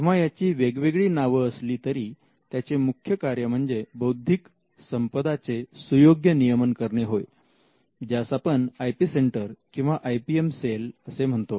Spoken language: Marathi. तेव्हा याची वेगवेगळी नावं असली तरी त्याचे मुख्य कार्य म्हणजे बौद्धिक संपदाचे सुयोग्य नियमन करणे होय ज्यास आपण आय पी सेंटर किंवा आय पी एम सेल असे म्हणतो